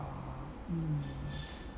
mm